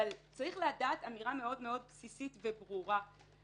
אבל צריך לדעת אמירה מאוד מאוד בסיסית וברורה.